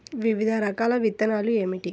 వివిధ రకాల విత్తనాలు ఏమిటి?